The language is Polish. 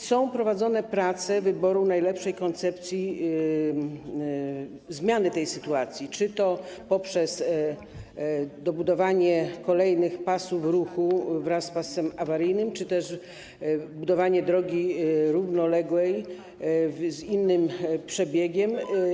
Są prowadzone prace dotyczące wyboru najlepszej koncepcji zmiany tej sytuacji, czy to poprzez dobudowanie kolejnych pasów ruchu wraz z pasem awaryjnym, czy to budowanie drogi równoległej z innym przebiegiem.